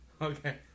Okay